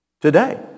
Today